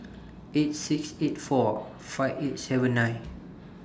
eight six eight four five eight seven nine